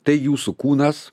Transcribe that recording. tai jūsų kūnas